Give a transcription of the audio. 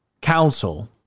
Council